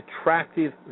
attractive